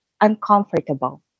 uncomfortable